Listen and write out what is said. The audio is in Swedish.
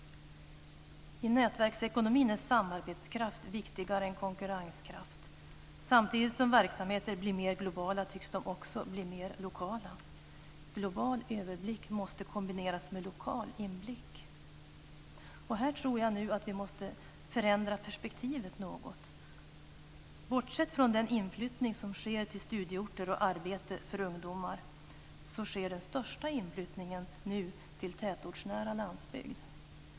I nätverksekonomin är samarbetskraft viktigare än konkurrenskraft. Samtidigt som verksamheter blir mer globala, tycks de också bli mer lokala. Global överblick måste kombineras med lokal inblick. Här tror jag vi måste ändra perspektivet något. Bortsett från den inflyttning som sker till studieorter och arbete för ungdomar så sker den största inflyttningen nu till tätortsnära landsbygd.